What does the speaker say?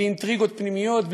בלי אינטריגות פנימיות,